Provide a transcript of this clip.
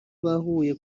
bahuye